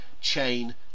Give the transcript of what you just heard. chain